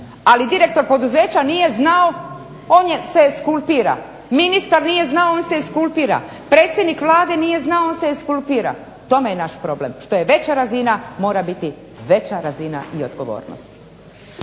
Ali direktor poduzeća nije znao, on se eskulpira, ministar nije znao on se eskulpira, predsjednik Vlade nije znao on se eskulpira. U tome je naš problem, što je veća razina mora biti veća razina i odgovornosti.